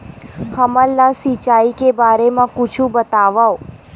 हमन ला सिंचाई के बारे मा कुछु बतावव?